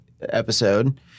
episode